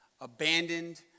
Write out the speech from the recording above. abandoned